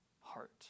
heart